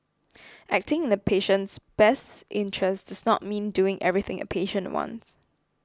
acting in a patient's best interests does not mean doing everything a patient wants